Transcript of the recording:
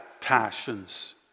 passions